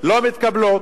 לא מתקבלות.